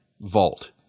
vault